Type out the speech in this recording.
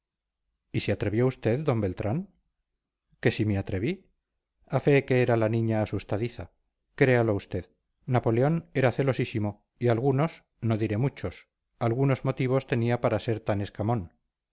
y se atrevió usted d beltrán que si me atreví a fe que era la niña asustadiza créalo usted napoleón era celosísimo y algunos no diré muchos algunos motivos tenía para ser tan escamón